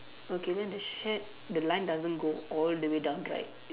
okay then the shirt the line doesn't go all the way down right